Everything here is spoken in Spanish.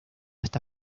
esta